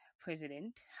president